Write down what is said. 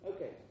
Okay